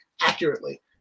accurately